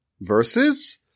verses